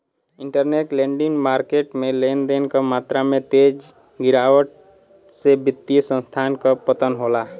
interbank lending market में लेन देन क मात्रा में तेज गिरावट से वित्तीय संस्थान क पतन होला